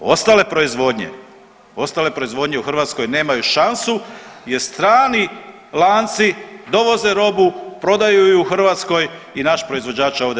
Ostale proizvodnje, ostale proizvodnje u Hrvatskoj nemaju šansu jer strani lanci dovoze robu, prodaju ju u Hrvatskoj i naše proizvođač ovdje